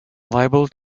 liable